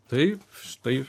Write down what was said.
tai štai